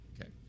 Okay